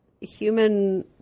human